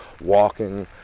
walking